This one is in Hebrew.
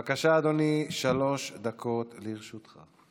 בבקשה, אדוני, שלוש דקות לרשותך.